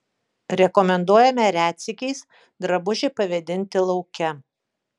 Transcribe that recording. rekomenduojame retsykiais drabužį pavėdinti lauke